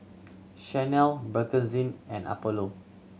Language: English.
Chanel Bakerzin and Apollo